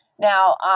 Now